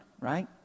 right